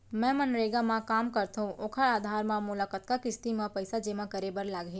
मैं मनरेगा म काम करथो, ओखर आधार म मोला कतना किस्ती म पइसा जेमा करे बर लागही?